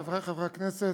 חברי חברי הכנסת,